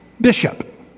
bishop